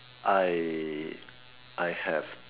I I have